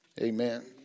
Amen